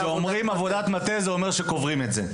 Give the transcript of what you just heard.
כשאומרים עבודת מטה זה אומר שקוברים את זה.